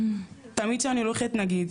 תמיד שאני הולכת נגיד,